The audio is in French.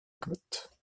côte